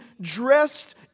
dressed